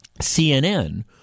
CNN